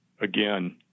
again